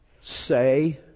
say